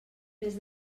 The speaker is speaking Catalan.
més